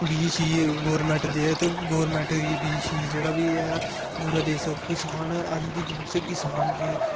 बी सी गवर्नमेंट देग ते गवर्नमेंट गी बी सी जेहड़ा बी ऐ सब किसान गी देऐ